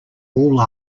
all